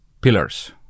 pillars